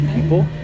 people